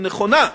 היא נכונה,